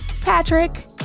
Patrick